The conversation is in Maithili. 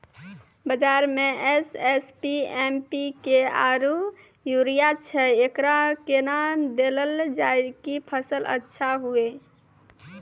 बाजार मे एस.एस.पी, एम.पी.के आरु यूरिया छैय, एकरा कैना देलल जाय कि फसल अच्छा हुये?